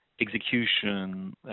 execution